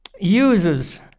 uses